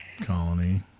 Colony